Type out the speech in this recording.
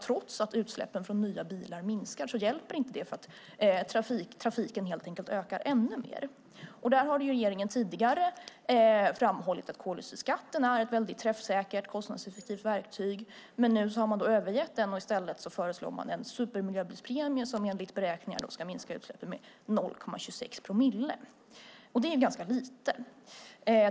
Trots att utsläppen från nya bilar minskar hjälper inte det eftersom trafiken helt enkelt ökar ännu mer. Där har regeringen tidigare framhållit att koldioxidskatten är ett väldigt träffsäkert och kostnadseffektivt verktyg. Men nu har man övergett den. I stället föreslår man en supermiljöbilspremie som enligt beräkningar ska minska utsläppen med 0,26 promille. Det är ganska lite.